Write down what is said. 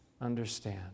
understand